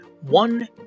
one